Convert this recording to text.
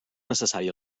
necessari